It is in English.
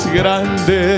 grande